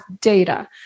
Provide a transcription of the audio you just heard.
data